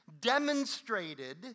demonstrated